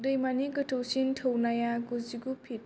दैमानि गोथौसिन थौनाया गुजिगु फीट